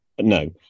No